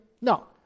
No